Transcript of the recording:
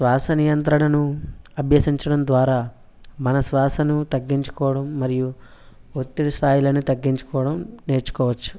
శ్వాస నియంత్రణను అభ్యసించడం ద్వారా మన శ్వాసను తగ్గించుకోవడం మరియు ఒత్తిడి స్థాయిలను తగ్గించుకోవడం నేర్చుకోవచ్చు